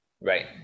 Right